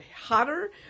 hotter